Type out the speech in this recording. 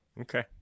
Okay